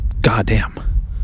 goddamn